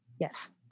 Yes